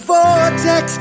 Vortex